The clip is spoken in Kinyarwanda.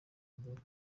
mugabo